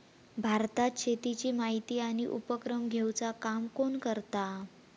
भारतात शेतीची माहिती आणि उपक्रम घेवचा काम कोण करता?